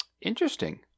Interesting